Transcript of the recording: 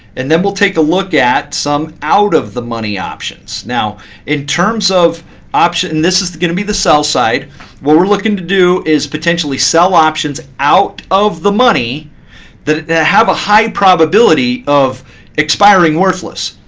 and then we'll take a look at some out of the money options. now in terms of options and this is going to be the sell side what we're looking to do is potentially sell options out of the money that have a high probability of expiring worthless.